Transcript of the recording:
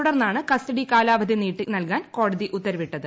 തുടർന്നാണ് കസ്റ്റഡി കാലാവധി നീട്ടി നൽകാൻ കോടതി ഉത്തരവിട്ടത്